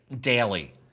daily